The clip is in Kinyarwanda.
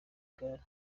igare